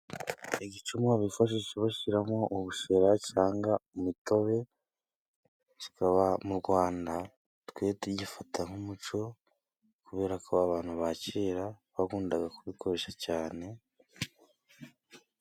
Igicumu bifashisha bashiramo ubushera canga umutobe kikaba mu Gwanda twebwe tugifata nk'umuco kubera ko abantu ba kera bakundaga kubikoresha cane.